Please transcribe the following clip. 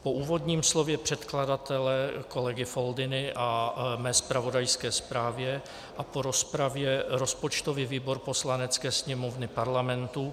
Po úvodním slově předkladatele kolegy Foldyny a mé zpravodajské zprávě a po rozpravě rozpočtový výbor Poslanecké sněmovny Parlamentu